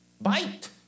bite